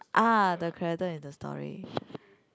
ah the character in the story